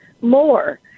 more